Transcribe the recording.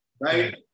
right